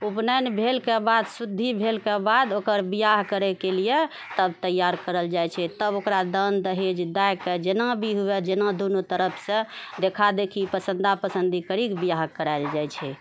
उपनयन भेलके बाद शुद्धि भेलके बाद ओकर बिआह करयके लिए तब तैआर करल जाइत छै तब ओकरा दान दहेज दएकऽ जेना भी होअए जेना दुनू तरफसँ देखा देखी पसन्दा पसन्दी करीक बिआह करायल जाइत छै